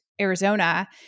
Arizona